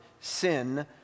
sin